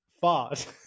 fart